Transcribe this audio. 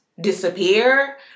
disappear